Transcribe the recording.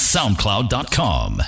SoundCloud.com